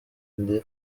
ndi